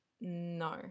No